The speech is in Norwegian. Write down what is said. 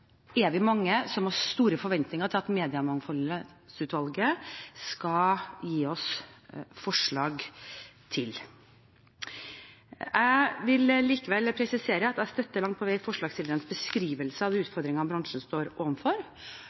er vi mange som har store forventninger til at Mediemangfoldsutvalget skal gi oss forslag til. Jeg vil likevel presisere at jeg langt på vei støtter forslagsstillernes beskrivelse av utfordringene bransjen står